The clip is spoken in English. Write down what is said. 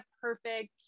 perfect